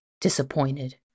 disappointed